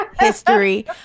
history